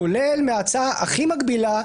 כולל מההצעה הכי מגבילה,